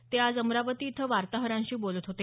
ते आज अमरावती इथं वार्ताहरांशी बोलत होते